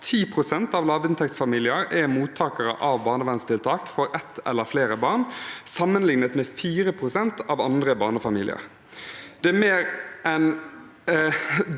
10 pst. av lavinntektsfamilier er mottakere av barnevernstiltak for ett eller flere barn, sammenlignet med 4 pst. av andre barnefamilier. Det er mer enn